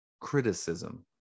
criticism